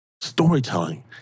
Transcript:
Storytelling